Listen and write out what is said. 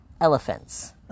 elephants